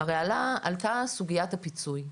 הרי עלתה סוגיית הפיצוי,